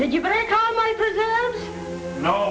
you know